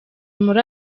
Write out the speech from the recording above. muri